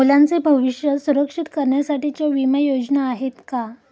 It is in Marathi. मुलांचे भविष्य सुरक्षित करण्यासाठीच्या विमा योजना आहेत का?